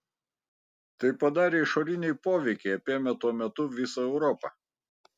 tai padarė išoriniai poveikiai apėmę tuo metu visą europą